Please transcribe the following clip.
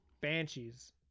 Banshees